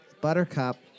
buttercup